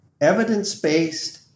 evidence-based